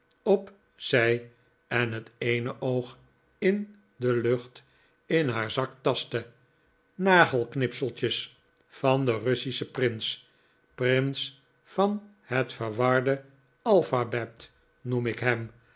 op zij en het eene oog in de lucht in haar zak tastte nagelknipseltjes van den russischen prins pfins van het verwarde alphabet noem ik hem